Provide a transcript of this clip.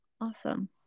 Awesome